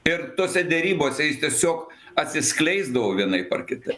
ir tose derybose jis tiesiog atsiskleisdavo vienaip ar kitaip